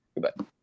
Goodbye